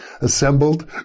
assembled